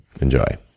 Enjoy